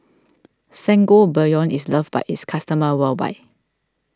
Sangobion is loved by its customers worldwide